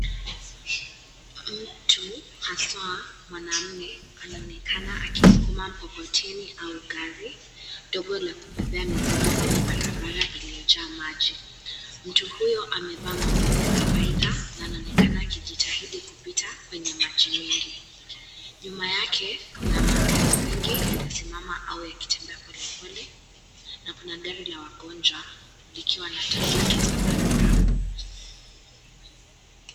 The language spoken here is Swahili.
Mtu, haswa mwanaume, anaonekana akiskuma mkokoteni au gari dogo la kubebea mizigo kwenye barabara iliyojaa maji. Mtu huyo amevaa mavazi ya kawaida na anaonekana akijitahidi kupita kwenye maji mengi. Nyuma yake kuna magari mengi yaliyosimama awe akitembea pole pole na kuna gari la wagonjwa likiwa na taa zake za dharura.